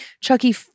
chucky